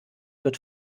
wird